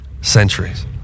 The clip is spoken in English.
centuries